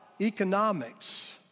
economics